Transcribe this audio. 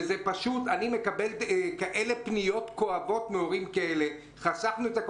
אני מקבל פניות כואבות מהורים כאלה שאומרים שחסכו הכול